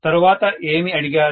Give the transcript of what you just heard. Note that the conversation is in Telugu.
తరువాత ఏమి అడిగారు